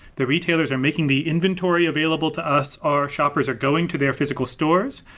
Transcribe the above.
the retailers are making the inventory available to us. our shoppers are going to their physical stores,